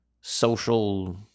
social